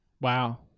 wow